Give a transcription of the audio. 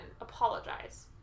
apologize